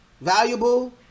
valuable